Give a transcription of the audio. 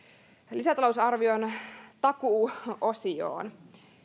lisätalousarvion takuuosioon